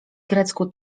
grecku